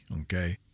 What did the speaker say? okay